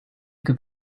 think